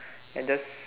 and just